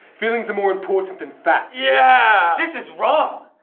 feelings are more important than facts! yeah! this is wrong!